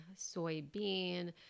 soybean